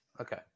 Okay